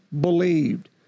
believed